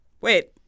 Wait